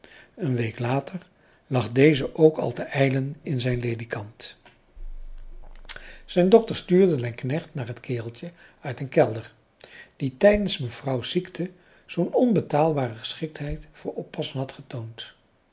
een week later lag deze ook al te ijlen in zijn ledekant zijn dokter stuurde den knecht naar het kereltje uit den kelder die tijdens mevrouws ziekte zoo'n onbetaalbare geschiktheid voor oppasser had getoond